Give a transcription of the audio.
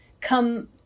come